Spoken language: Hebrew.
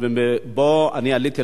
שבו אני עליתי לארץ.